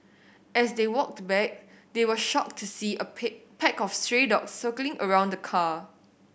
as they walked back they were shocked to see a pack of stray dogs circling around the car